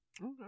Okay